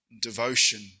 devotion